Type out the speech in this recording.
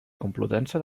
complutense